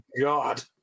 god